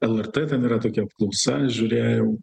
lrt ten yra tokia apklausa žiūrėjau